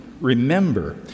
remember